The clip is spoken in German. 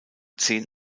zehn